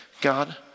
God